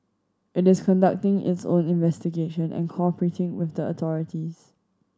it is conducting its own investigation and cooperating with the authorities